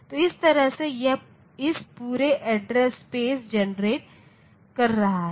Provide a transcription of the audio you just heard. तो इस तरह यह इस पूरे एड्रेस स्पेस जेनेरेट कर रहा है